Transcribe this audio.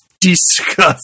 disgusting